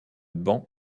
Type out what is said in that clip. banc